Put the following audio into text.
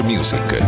Music